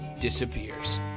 disappears